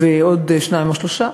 ועוד שניים או שלושה,